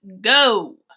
go